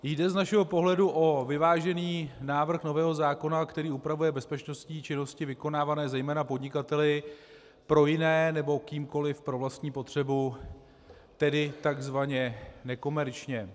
Jde z našeho pohledu o vyvážený návrh nového zákona, který upravuje bezpečnostní činnosti vykonávané zejména podnikateli pro jiné nebo kýmkoli pro vlastní potřebu, tedy tzv. nekomerčně.